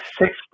six